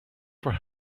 for